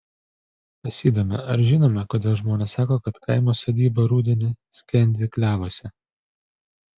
pasidomi ar žinome kodėl žmonės sako kad kaimo sodyba rudenį skendi klevuose